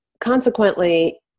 consequently